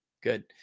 Good